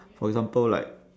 for example like